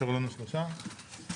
תעבירו לנו בבקשה את